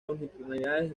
longitudinales